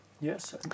yes